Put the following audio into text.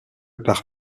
par